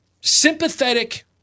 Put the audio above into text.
sympathetic